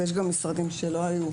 ויש גם משרדים שלא היו.